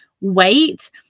wait